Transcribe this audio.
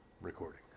recording